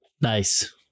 Nice